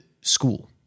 school